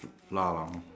flour lah